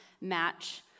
Match